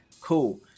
cool